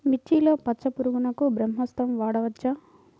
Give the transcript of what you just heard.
మిర్చిలో పచ్చ పురుగునకు బ్రహ్మాస్త్రం వాడవచ్చా?